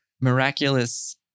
miraculous